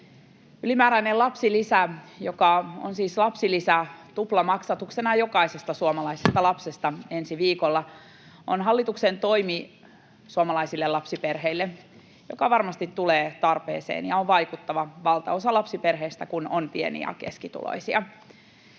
Ylimääräinen lapsilisä, joka on siis lapsilisä tuplamaksatuksena jokaisesta suomalaisesta lapsesta ensi viikolla, on hallituksen toimi suomalaisille lapsiperheille, joka varmasti tulee tarpeeseen ja on vaikuttava, valtaosa lapsiperheistä kun on pieni- ja keskituloisia.